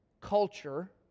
culture